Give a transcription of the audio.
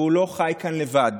והוא לא חי כאן לבד.